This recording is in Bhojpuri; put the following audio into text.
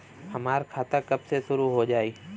हमार खाता कब से शूरू हो जाई?